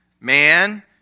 man